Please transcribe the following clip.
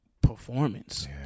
performance